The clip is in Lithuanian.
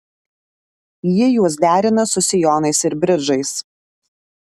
ji juos derina su sijonais ir bridžais